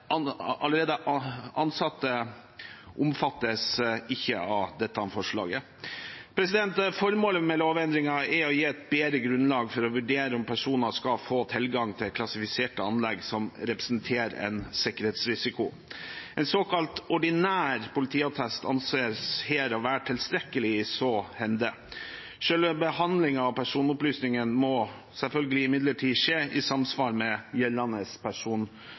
ansatte omfattes ikke av dette forslaget. Formålet med lovendringen er å gi et bedre grunnlag for å vurdere om personer skal få tilgang til klassifiserte anlegg som representerer en sikkerhetsrisiko. En såkalt ordinær politiattest anses her å være tilstrekkelig i så henseende. Selve behandlingen av personopplysningene må imidlertid selvfølgelig skje i samsvar med gjeldende